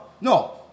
No